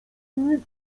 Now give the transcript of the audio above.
nikt